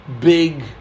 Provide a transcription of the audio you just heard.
big